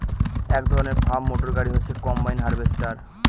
এক ধরনের farm motor গাড়ি হচ্ছে কম্বাইন হার্ভেস্টর